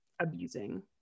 abusing